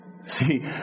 See